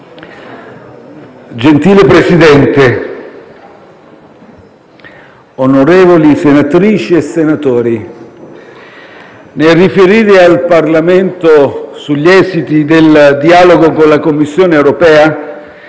Gentile Presidente, onorevoli senatrici e senatori, nel riferire al Parlamento sugli esiti del dialogo con la Commissione europea,